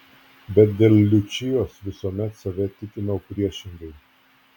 bet dėl liučijos visuomet save tikinau priešingai